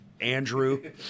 Andrew